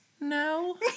no